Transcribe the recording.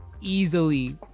easily